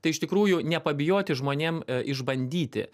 tai iš tikrųjų nepabijoti žmonėm išbandyti